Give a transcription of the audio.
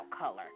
color